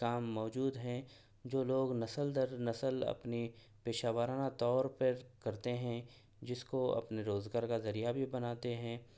کام موجود ہیں جو لوگ نسل در نسل اپنے پیشہ ورانہ طور پر کرتے ہیں جس کو اپنے روزگار کا ذریعہ بھی بناتے ہیں